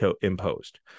imposed